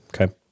Okay